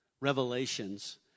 revelations